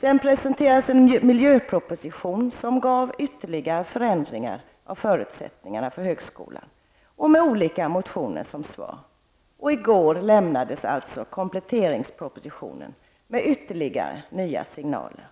Sedan presenterades en miljöproposition, som gav ytterligare förändringar av förutsättningarna för högskolan, och med olika motioner som svar. I går lämnades alltså kompletteringspropositionen, med ytterligare nya signaler.